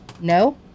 No